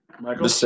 michael